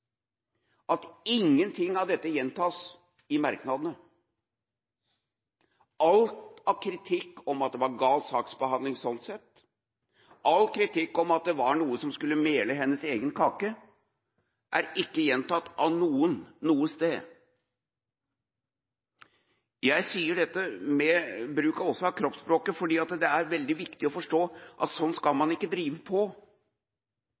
at ingenting av dette gjentas i merknadene. Alt av kritikk om at det var gal saksbehandling sånn sett, all kritikk om at det var noe som skulle mele hennes egen kake, er ikke gjentatt av noen noe sted. Jeg sier dette med bruk av også kroppsspråk fordi det er veldig viktig å forstå at sånn skal man ikke drive på.